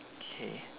k